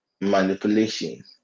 manipulation